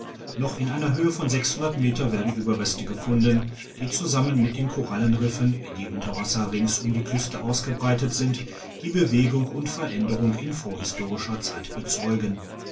noch in einer höhe von meter werden ueberreste gefunden die zusammen mit den korallenriffen die unter wasser rings um die küste ausgebreitet sind die bewegungen und veränderungen in vorhistorischer zeit bezeugen